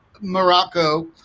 Morocco